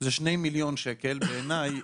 זה 2,000,000. בעיניי,